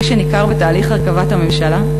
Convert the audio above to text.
כפי שניכר בתהליך הרכבת הממשלה,